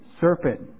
serpent